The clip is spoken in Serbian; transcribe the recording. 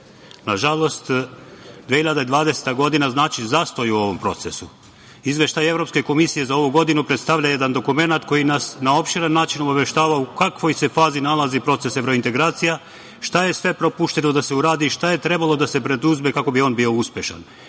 2020. godina, znači zastoj u ovom procesu. Izveštaj Evropske komisije za ovu godinu predstavlja jedan dokumenat koji nas na opširan način obaveštava u kakvoj se fazi nalazi proces evrointegracija, šta je sve propušteno da se uradi, šta je trebalo da se preduzme kako bi on bio